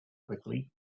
quickly